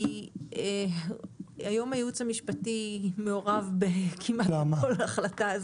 כי היום הייעוץ המשפטי מעורב כמעט בכל החלטה.